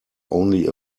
only